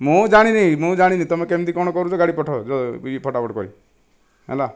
ମୁଁ ଜାଣିନି ମୁଁ ଜାଣିନି ତୁମେ କେମିତି କ'ଣ କରୁଛ ଗାଡ଼ି ପଠାଓ ଫଟା ଫଟ କରି ହେଲା